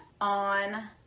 on